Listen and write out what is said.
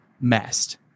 messed